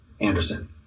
Anderson